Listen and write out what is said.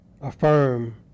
affirm